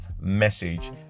message